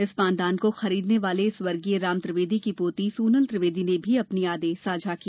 इस पानदान को खरीदने वाले स्वर्गीय राम त्रिवेदी की पोती सोनल त्रिवेदी ने भी अपनी यादें साझा की